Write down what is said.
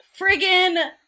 friggin